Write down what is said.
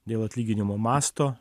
dėl atlyginimo masto